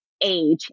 age